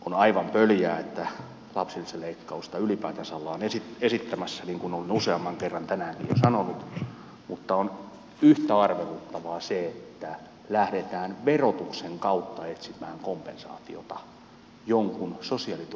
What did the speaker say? on aivan pöljää että lapsilisäleikkausta ylipäätänsä ollaan esittämässä niin kuin olen useamman kerran tänäänkin jo sanonut mutta on yhtä arveluttavaa että lähdetään verotuksen kautta etsimään kompensaatiota jonkun sosiaaliturvaetuuden menetykselle